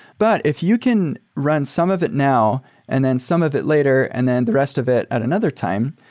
but if you can run some of it now and then some of it later and then the rest of it at another time,